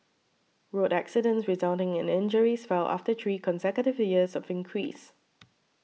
road accidents resulting in injuries fell after three consecutive years of increase